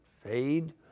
fade